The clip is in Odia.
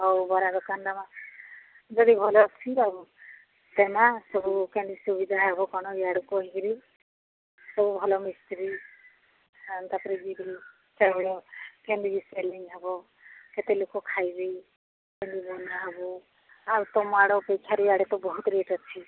ହଉ ବରା ଦୋକନଟା ବା ଯଦି ଭଲ ଅଛି ଆଉ ତୁମେ କେମିତି ସୁବିଧା ହେବ ସବୁ ଇଆଡ଼େ କହିକିରି ଭଲ ମିସ୍ତ୍ରୀ ତାପରେ କେମତି ସେଲିଂ ହେବ କେତେଲୋକ ଖାଇବେ ଆଉ ତମଆଡ଼େ ଚାରିଆଡ଼େ ତ ବହୁତ ରେଟ୍ ଅଛି